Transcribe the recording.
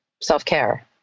self-care